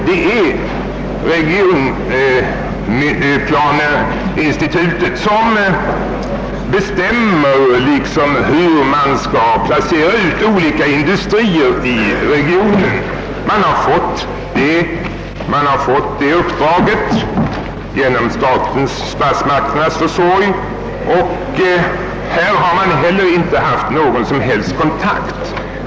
Det är regionplaneförbundet som har ansvaret för var olika industrier skall placeras i regionen. Förbundet har fått det uppdraget via statsmakterna. Inte heller på denna punkt har förekommit någon som helst kontakt.